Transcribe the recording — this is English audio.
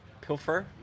Pilfer